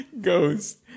Ghost